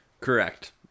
Correct